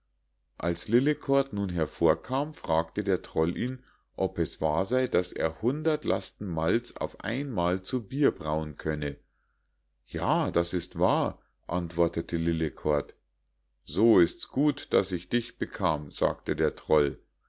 als lillekort nun hervorkam fragte der troll ihn ob es wahr sei daß er hundert lasten malz auf einmal zu bier brauen könne ja das ist wahr antwortete lillekort so ist's gut daß ich dich bekam sagte der troll